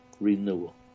renewal